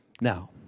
now